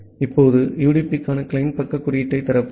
இப்போது யுடிபிக்கான கிளையன்ட் பக்க குறியீட்டைத் திறப்போம்